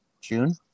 June